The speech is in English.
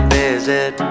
visit